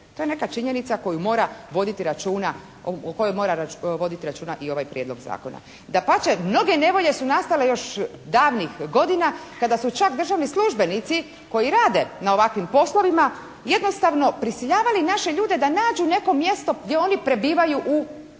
voditi računa, o kojoj mora voditi računa i ovaj Prijedlog zakona. Dapače mnoge nevolje su nastale još davnih godina kada su čak državni službenici koji rade na ovakvim poslovima prisiljavali naše ljude da nađu neko mjesto gdje oni prebivaju u Hrvatskoj.